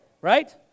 Right